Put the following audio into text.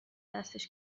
دستش